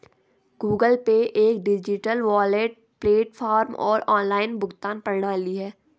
Google Pay एक digital wallet platform और online भुगतान प्रणाली है